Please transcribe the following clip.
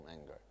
anger